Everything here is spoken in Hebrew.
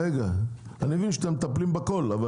אני מבין שאתם מטפלים בכול.